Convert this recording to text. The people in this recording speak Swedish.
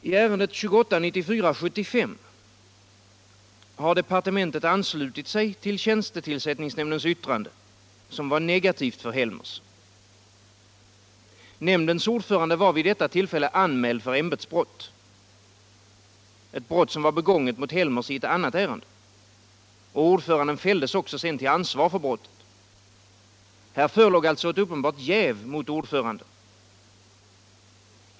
I ärendet 2894/75 har departementet anslutit sig till tjänstetillsättningsnämndens yttrande, som var negativt för Helmers. Nämndens ordförande har vid detta tillfälle anmälts för ämbetsbrott. Detta brott var begånget mot Helmers i ett annat ärende. Ordföranden fälldes till ansvar för brottet. Här föreligger alltså uppenbart jäv mot ordföranden.